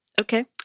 Okay